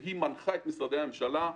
והיא מנחה את משרדי הממשלה,